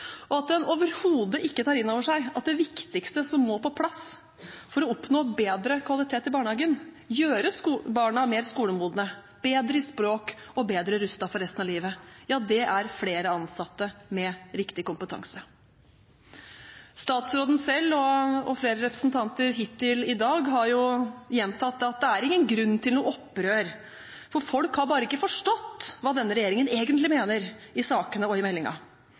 og at den overhodet ikke tar inn over seg at det viktigste som må på plass for å oppnå bedre kvalitet i barnehagen, gjøre barna mer skolemodne, bedre i språk og bedre rustet for resten av livet, er flere ansatte med riktig kompetanse. Statsråden selv og flere representanter hittil i dag har gjentatt at det er ingen grunn til noe opprør, for folk har bare ikke forstått hva regjeringen egentlig mener i sakene og i